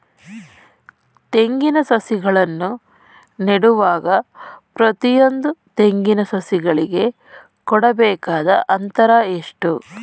ತೆಂಗಿನ ಸಸಿಗಳನ್ನು ನೆಡುವಾಗ ಪ್ರತಿಯೊಂದು ತೆಂಗಿನ ಸಸಿಗಳಿಗೆ ಕೊಡಬೇಕಾದ ಅಂತರ ಎಷ್ಟು?